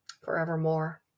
forevermore